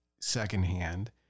secondhand